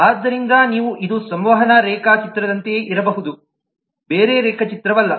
ಆದ್ದರಿಂದ ನೀವು ಇದು ಸಂವಹನ ರೇಖಾಚಿತ್ರದಂತೆಯೇ ಇರಬಹುದು ಬೇರೆ ರೇಖಾಚಿತ್ರವಲ್ಲ